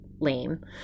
lame